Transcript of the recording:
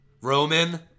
Roman